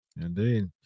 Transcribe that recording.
Indeed